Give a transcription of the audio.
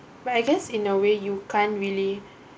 but I guess in a way you can't really